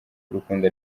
urukundo